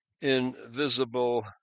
Invisible